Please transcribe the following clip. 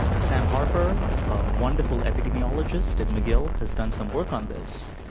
sam harper, a wonderful epidemiologist at mcgill, has done some work on this,